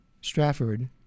Stratford